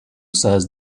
says